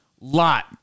lot